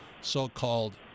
so-called